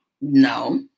No